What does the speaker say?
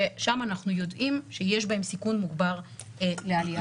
ששם אנחנו יודעים שיש בהם סיכון מוגבר לעליית התחלואה.